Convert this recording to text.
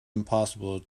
impossible